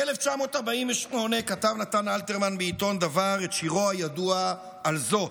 ב-1948 כתב נתן אלתרמן בעיתון דבר את שירו הידוע "על זאת".